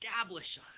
establish